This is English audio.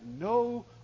no